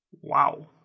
Wow